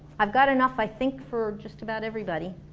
i've got enough i think for just about everybody